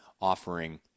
offering